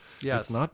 Yes